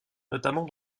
notamment